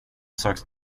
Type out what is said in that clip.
sak